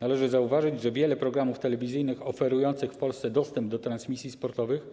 Należy zauważyć, że wiele programów telewizyjnych oferujących w Polsce dostęp do transmisji sportowych